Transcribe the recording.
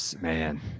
Man